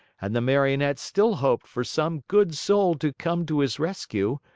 and the marionette still hoped for some good soul to come to his rescue,